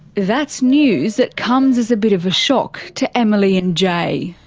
that's news that comes as a bit of a shock to emilie and jay.